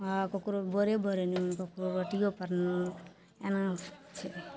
आओर ककरो बोरे बोरे नून ककरो रोटिएपर नून एना छै